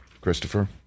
Christopher